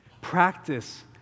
practice